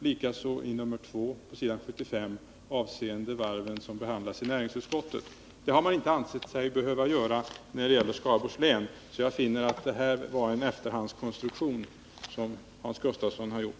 Likaså har man gjort det beträffande varven, som behandlas av näringsutskottet, i det särskilda yttrandet nr 2 på s. 75. Men man har inte ansett sig behöva göra det när det gäller Skaraborgs län. Jag finner att det är en efterhandskonstruktion som Hans Gustafsson här gjort.